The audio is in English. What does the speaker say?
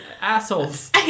assholes